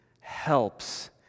helps